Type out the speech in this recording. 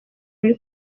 muri